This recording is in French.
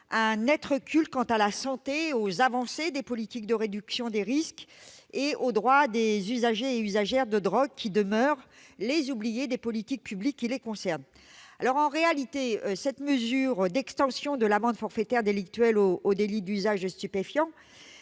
un net recul quant à la santé, aux avancées des politiques de réduction des risques et aux droits des usagers et usagères de drogues, qui demeurent les oubliés des politiques publiques qui les concernent. En réalité, cette mesure d'extension de l'amende forfaitaire délictuelle au délit d'usage de stupéfiants